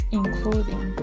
including